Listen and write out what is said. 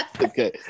Okay